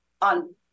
on